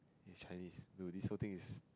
is Chinese no this whole thing is